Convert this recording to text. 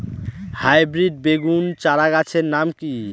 Hybrid বেগুন চারাগাছের নাম কি?